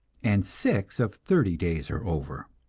and six of thirty days or over.